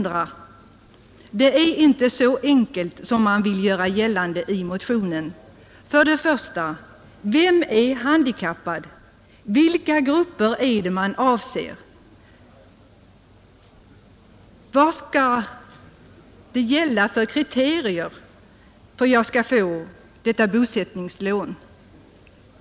Det är inte så enkelt som det görs gällande i motionen. Vem är handikappad? Vilka grupper är det man avser? Vilka kriterier skall gälla för att en person skall få detta bosättningslån?